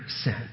sin